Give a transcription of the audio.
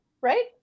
Right